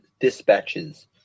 dispatches